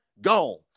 gone